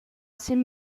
sin